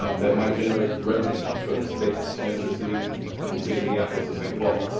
um that might generate revenue for the state and the city between minneapolis and st. paul.